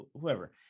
whoever